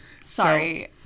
sorry